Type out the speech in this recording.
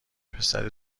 پسر